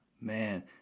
Man